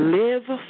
live